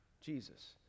Jesus